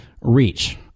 reach